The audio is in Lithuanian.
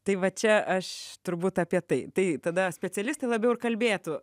tai va čia aš turbūt apie tai tada specialistai labiau ir kalbėtų